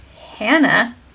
Hannah